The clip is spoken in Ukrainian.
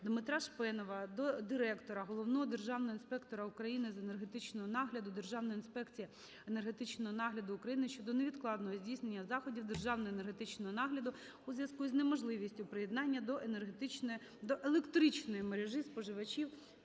Дмитра Шпенова до директора – головного державного інспектора України з енергетичного нагляду Державної інспекції енергетичного нагляду України щодо невідкладного здійснення заходів державного енергетичного нагляду у зв'язку із неможливістю приєднання до електричної мережі споживачів